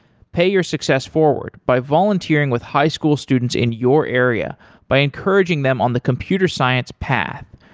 pay your success forward by volunteering with high school students in your area by encouraging them on the computer science path.